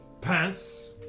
pants